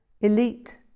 elite